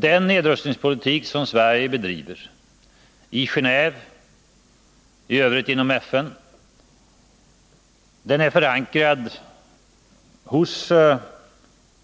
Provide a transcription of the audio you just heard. Den nedrustningspolitik som Sverige bedriver, inom FN och i övrigt, är förankrad hos